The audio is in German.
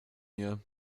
mir